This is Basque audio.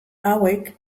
hauek